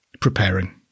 preparing